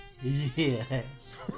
Yes